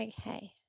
okay